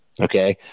Okay